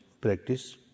practice